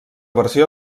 versió